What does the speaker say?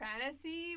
fantasy